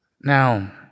Now